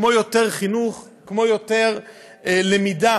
כמו יותר חינוך, כמו יותר למידה.